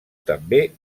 també